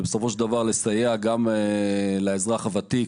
ובסופו של דבר לסייע גם לאזרח הוותיק,